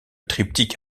triptyque